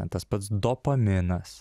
tas pats dopaminas